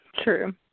True